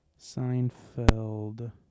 Seinfeld